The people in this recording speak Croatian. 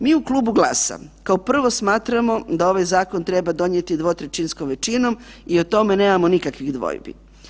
Mi u Klubu GLAS-a kao prvo, smatramo da ovaj zakon treba donijeti dvotrećinskom većinom i o tome nemamo nikakvih dvojbi.